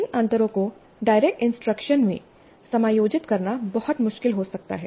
इन अंतरों को direct instruction में समायोजित करना बहुत मुश्किल हो सकता है